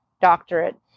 doctorate